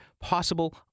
possible